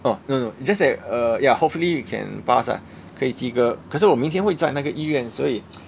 orh no no it's just that err ya hopefully we can pass ah 可以及格可是我明天会在那个医院所以